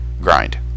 grind